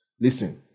Listen